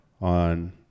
on